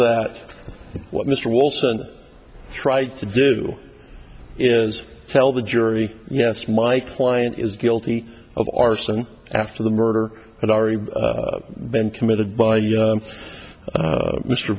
what mr olson tried to do is tell the jury yes my client is guilty of arson after the murder had already been committed by